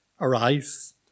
arise